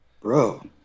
bro